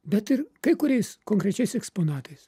bet ir kai kuriais konkrečiais eksponatais